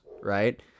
right